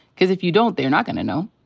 cause if you don't, they are not gonna know.